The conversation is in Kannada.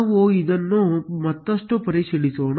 ನಾವು ಇದನ್ನು ಮತ್ತಷ್ಟು ಪರಿಶೀಲಿಸೋಣ